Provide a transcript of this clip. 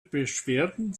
beschwerden